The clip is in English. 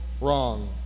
wrong